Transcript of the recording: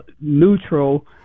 neutral